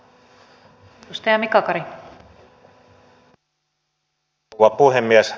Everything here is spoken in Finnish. arvoisa rouva puhemies